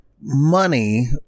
money